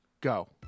go